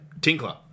Tinkler